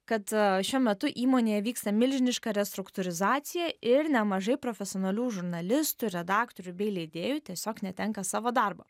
kad šiuo metu įmonėje vyksta milžiniška restruktūrizacija ir nemažai profesionalių žurnalistų redaktorių bei leidėjų tiesiog netenka savo darbo